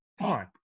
on